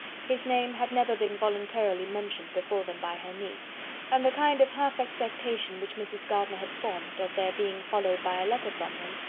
his name had never been voluntarily mentioned before them by her niece and the kind of half-expectation which mrs. gardiner had formed, of their being followed by a letter from him,